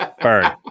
Burn